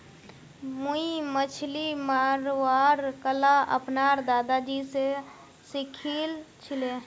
मुई मछली मरवार कला अपनार दादाजी स सीखिल छिले